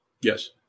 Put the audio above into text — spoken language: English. Yes